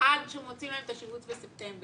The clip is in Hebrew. עד שמוציאים להם את השיבוץ לספטמבר.